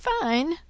fine